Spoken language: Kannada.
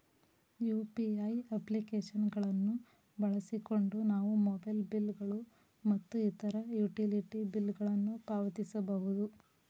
ಯು.ಪಿ.ಐ ಅಪ್ಲಿಕೇಶನ್ ಗಳನ್ನು ಬಳಸಿಕೊಂಡು ನಾವು ಮೊಬೈಲ್ ಬಿಲ್ ಗಳು ಮತ್ತು ಇತರ ಯುಟಿಲಿಟಿ ಬಿಲ್ ಗಳನ್ನು ಪಾವತಿಸಬಹುದು